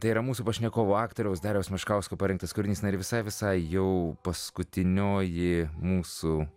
tai yra mūsų pašnekovo aktoriaus dariaus meškausko parengtas kūrinys na ir visai visai jau paskutinioji mūsų